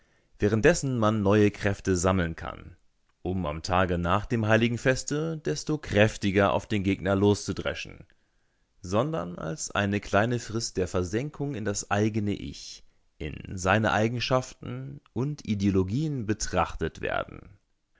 werden währenddessen man neue kräfte sammeln kann um am tage nach dem heiligen feste desto kräftiger auf den gegner loszudreschen sondern als eine kleine frist der versenkung in das eigene ich in seine eigenschaften und ideologien betrachtet werden